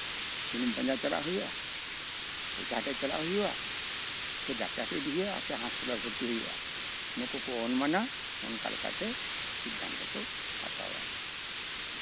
ᱥᱩᱱᱩᱢ ᱯᱟᱸᱡᱟ ᱪᱟᱞᱟᱜ ᱦᱩᱭᱩᱜᱼᱟ ᱚᱡᱷᱟ ᱴᱷᱮᱱ ᱪᱟᱞᱟᱜ ᱦᱩᱭᱩᱜᱼᱟ ᱥᱮ ᱰᱟᱠᱛᱟᱨ ᱴᱷᱮᱱ ᱤᱫᱤᱭᱮ ᱦᱩᱭᱩᱜᱼᱟ ᱥᱮ ᱦᱟᱥᱯᱟᱛᱟᱞᱨᱮ ᱵᱷᱚᱨᱛᱤᱭᱮ ᱦᱩᱭᱩᱜᱼᱟ ᱱᱩᱠᱩ ᱠᱚ ᱚᱱᱢᱟᱱᱟ ᱚᱱᱠᱟ ᱞᱮᱠᱟᱛᱮ ᱥᱤᱫᱽᱫᱷᱟᱱᱛᱚ ᱠᱚ ᱦᱟᱛᱟᱣᱟ